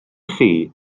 chi